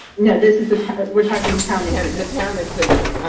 no, this is kind of we're talking county. the town exhibits.